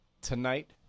Tonight